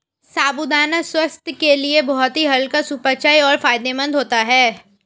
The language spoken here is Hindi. साबूदाना स्वास्थ्य के लिए बहुत ही हल्का सुपाच्य और फायदेमंद होता है